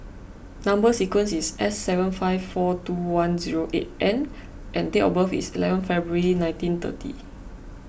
Number Sequence is S seven five four two one zero eight N and date of birth is eleven February nineteen thirty